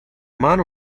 mano